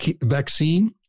vaccine